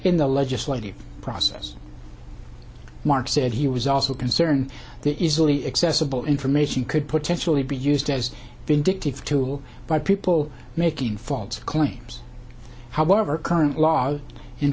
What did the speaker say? in the legislative process mark said he was also concerned that easily accessible information could potentially be used as vindictive tool by people making false claims however current laws in